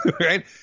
right